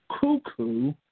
cuckoo